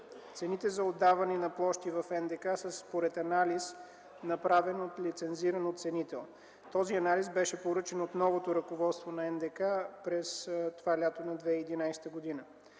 Цените за отдаване на площи в НДК са според анализ, направен от лицензиран оценител. Този анализ беше поръчан от новото ръководство на НДК през лятото на 2011 г.